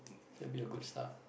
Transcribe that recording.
that would be a good start